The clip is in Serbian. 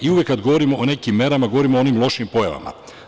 Uvek kada govorimo o nekim merama, govorimo o onim lošim pojavama.